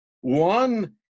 one